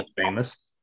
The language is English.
famous